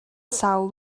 sawl